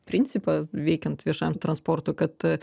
principą veikiant viešajam transportui kad